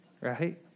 Right